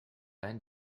and